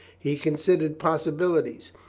he considered possibilities.